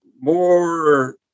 more